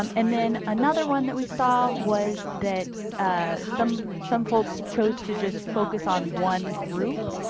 um and then another one that we saw was that ah some some folks chose to just focus on one group.